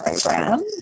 program